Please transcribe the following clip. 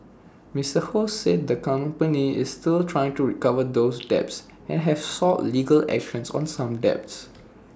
Mister ho said the company is still trying to recover those debts and have sought legal action on some debts